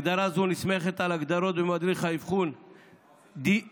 הגדרה זו נסמכת על ההגדרות במדריך האבחון DSM,